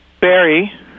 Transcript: Barry